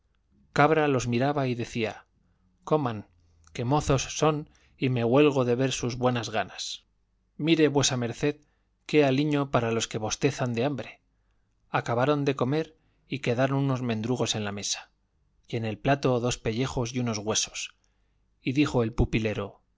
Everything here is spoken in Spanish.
cabra los miraba y decía coman que mozos son y me huelgo de ver sus buenas ganas mire v md qué aliño para los que bostezaban de hambre acabaron de comer y quedaron unos mendrugos en la mesa y en el plato dos pellejos y unos huesos y dijo el pupilero